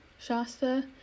Shasta